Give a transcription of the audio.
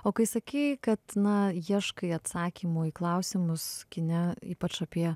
o kai sakei kad na ieškai atsakymo į klausimus kine ypač apie